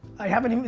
i haven't even,